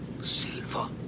silver